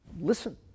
listen